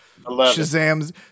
Shazam's